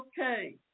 okay